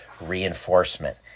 reinforcement